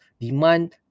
demand